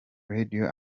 radio